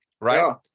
right